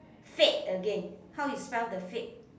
fate again how you spell the fate